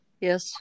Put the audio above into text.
yes